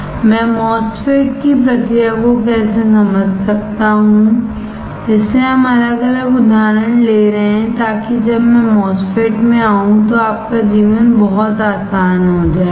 मैं MOSFET की प्रक्रिया को कैसे समझ सकता हूं इसीलिए हम अलग अलग उदाहरण ले रहे हैं ताकि जब मैं MOSFET में आऊं तो आपका जीवन बहुत आसान हो जाएगा